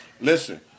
Listen